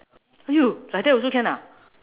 !aiyo! like that also can ah